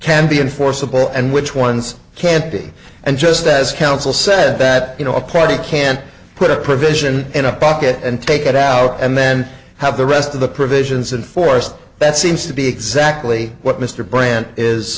can be enforceable and which ones can't be and just as counsel said that you know a party can't put a provision in a pocket and take it out and then have the rest of the provisions in force that seems to be exactly what mr brand is